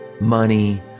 money